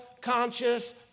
conscious